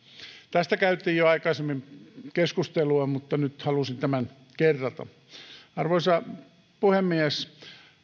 tästä käytiin jo aikaisemmin keskustelua mutta nyt halusin tämän kerrata arvoisa puhemies